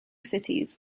cities